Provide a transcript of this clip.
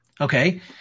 Okay